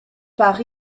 part